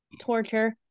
torture